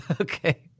Okay